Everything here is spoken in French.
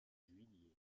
juillet